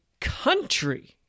country